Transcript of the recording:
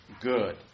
good